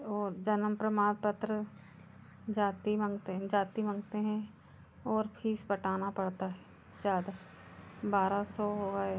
और जन्म प्रमाण पत्र जाति माँगते हैं जाति माँगते हैं और फ़ीस पटाना पड़ता है ज़्यादा बारह सौ हो गए